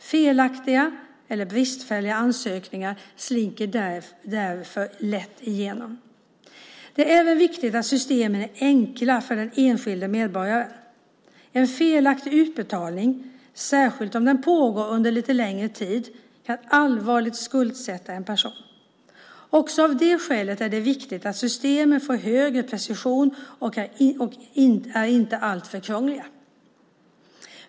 Felaktiga eller bristfälliga ansökningar slinker därför lätt igenom. Det är även viktigt att systemen är enkla för den enskilde medborgaren. En felaktig utbetalning, särskilt om den pågår under en lite längre tid, kan allvarligt skuldsätta en person. Också av det skälet är det viktigt att systemen får högre precision och inte är alltför krångliga.